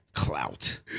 clout